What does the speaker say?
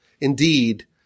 indeed